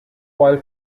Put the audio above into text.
while